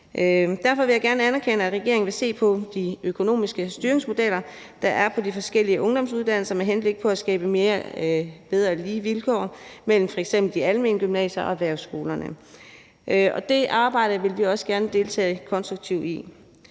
Derfor vil jeg gerne anerkende, at regeringen vil se på de økonomiske styringsmodeller, der er på de forskellige ungdomsuddannelser, med henblik på at skabe bedre og mere lige vilkår mellem f.eks. de almene gymnasier og erhvervsskolerne, og det arbejde vil vi også gerne deltage konstruktivt i.